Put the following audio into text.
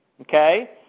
Okay